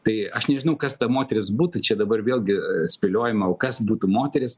tai aš nežinau kas ta moteris būtų čia dabar vėlgi spėliojama o kas būtų moteris